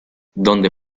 donde